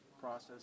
process